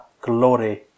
glory